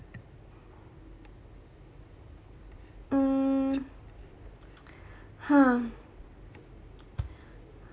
mm !huh!